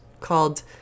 called